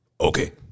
okay